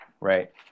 Right